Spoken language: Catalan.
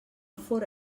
fóra